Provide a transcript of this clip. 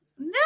No